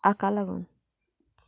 हाका लागून